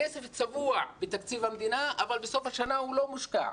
הכסף צבוע בתקציב המדינה אבל בסוף השנה הוא לא מושקע,